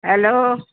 hello